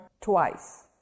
twice